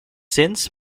since